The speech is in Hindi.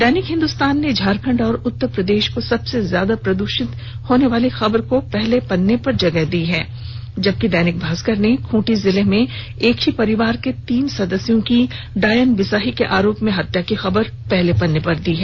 दैनिक हिन्दुस्तान ने झारखंड और उत्तर प्रदेश को सबसे ज्यादा प्रदूषित होने की खबर को पहले पन्ने पर जगह दी है जबकि दैनिक भास्कर ने खूंटी जिले में एक ही परिवार के तीन सदस्यों की डायन बिसाही के आरोप में हत्या की खबर को पहले पन्ने पर प्रकाशित किया है